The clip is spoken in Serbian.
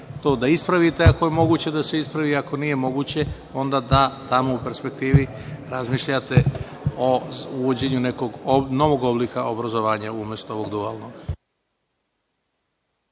to da ispravite, ako je moguće da se ispravi, ako nije moguće, onda da tamo u perspektivi razmišljate o uvođenju nekog novog oblika obrazovanja umesto ovog dualnog.